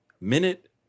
minute